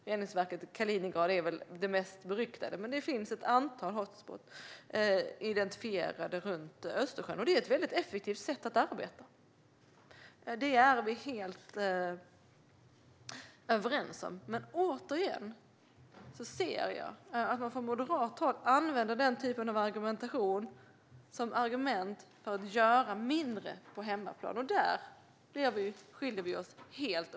Reningsverket i Kaliningrad är väl det mest ryktbara, men det finns ett antal hot spots identifierade runt Östersjön. Det är ett väldigt effektivt sätt att arbeta. Det är vi helt överens om. Men återigen ser jag att man från moderat håll använder den typen av argumentation för att göra mindre på hemmaplan. Där skiljer vi oss åt helt.